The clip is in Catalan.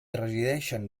resideixen